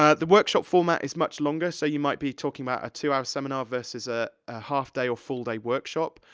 ah the workshop format is much longer, so you might be talking about a two-hour seminar versus a, a half-day or full-day workshop.